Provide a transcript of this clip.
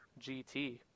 GT